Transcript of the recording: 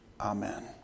Amen